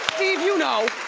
steve you know.